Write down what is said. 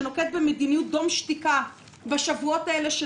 שנוקט במדיניות דום שתיקה בשבועות האלה של